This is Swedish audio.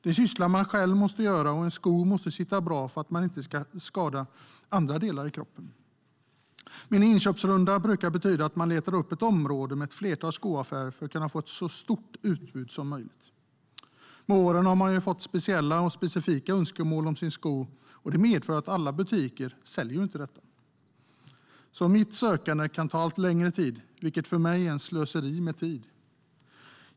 Det är en syssla man själv måste göra, och en sko måste sitta bra för att man inte ska skada andra delar av kroppen. Min inköpsrunda brukar betyda att jag letar upp ett område med ett flertal skoaffärer för att kunna få ett så stort utbud som möjligt. Med åren har jag fått specifika önskemål om mina skor, och det medför att inte alla butiker säljer dem. Mitt sökande kan ta allt längre tid, vilket för mig är slöseri med tid.